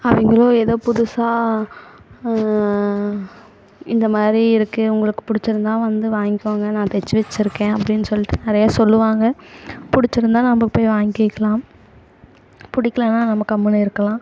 அவங்களும் ஏதோ புதுசாக இந்தமாதிரி இருக்குது உங்களுக்கு பிடிச்சிருந்தா வந்து வாங்கிக்கோங்க நான் தச்சு வச்சுருக்கேன் அப்படின்னு சொல்லிட்டு நிறையா சொல்லுவாங்க பிடிச்சிருந்தா நம்ப போய் வாங்கிக்கிலாம் பிடிக்கலான நம்ப கம்முன்னு இருக்கலாம்